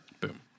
Boom